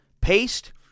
paste